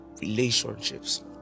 relationships